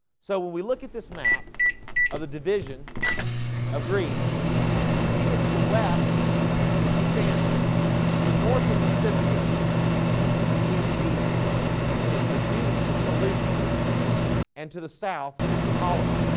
so when we look at this map of the division of greece we see that to the west was cassander to the north was the symmachus to the east ah east was solution and to the south was potala me.